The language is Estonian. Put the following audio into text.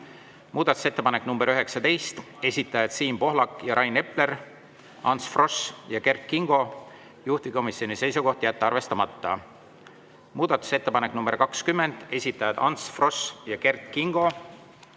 Muudatusettepanek nr 19, esitajad Siim Pohlak, Rain Epler, Ants Frosch ja Kert Kingo, juhtivkomisjoni seisukoht on jätta arvestamata. Muudatusettepanek nr 20, esitajad Ants Frosch ja Kert Kingo,